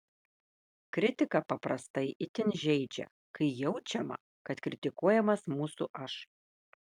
kritika paprastai itin žeidžia kai jaučiama kad kritikuojamas mūsų aš